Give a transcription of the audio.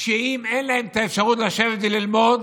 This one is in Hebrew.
שאם אין להם אפשרות לשבת וללמוד,